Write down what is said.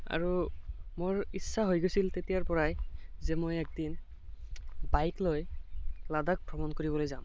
আৰু মোৰ ইচ্ছা হৈ গৈছিল তেতিয়াৰপৰাই যে মই এদিন বাইক লৈ লাডাখ ভ্ৰমণ কৰিবলৈ যাম